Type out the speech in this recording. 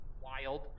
wild